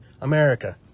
America